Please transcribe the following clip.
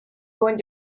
going